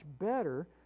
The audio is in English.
better